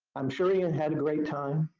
i'm sure he and had a great time,